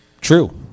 True